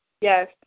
Yes